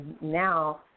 now